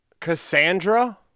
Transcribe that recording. Cassandra